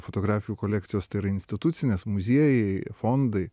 fotografijų kolekcijos tėra institucinės muziejai fondai